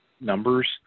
numbers